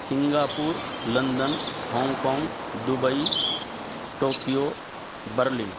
Singapore London Hong Kong Dubai Tokyo Berlin